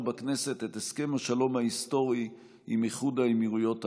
בכנסת את הסכם השלום ההיסטורי עם איחוד האמירויות הערביות.